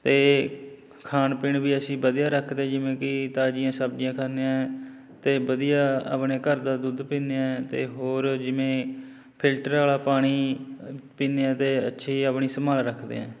ਅਤੇ ਖਾਣ ਪੀਣ ਵੀ ਅਸੀਂ ਵਧੀਆ ਰੱਖਦੇ ਜਿਵੇਂ ਕਿ ਤਾਜ਼ੀਆਂ ਸਬਜ਼ੀਆਂ ਖਾਂਦੇ ਹਾਂ ਅਤੇ ਵਧੀਆ ਆਪਣੇ ਘਰ ਦਾ ਦੁੱਧ ਪੀਂਦੇ ਹਾਂ ਅਤੇ ਹੋਰ ਜਿਵੇਂ ਫਿਲਟਰ ਵਾਲਾ ਪਾਣੀ ਪੀਂਦੇ ਹਾਂ ਅਤੇ ਅੱਛੀ ਆਪਣੀ ਸੰਭਾਲ ਰੱਖਦੇ ਹਾਂ